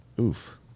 Oof